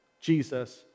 Jesus